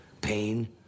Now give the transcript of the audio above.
Pain